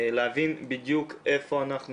להבין בדיוק איפה אנחנו עומדים,